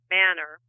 manner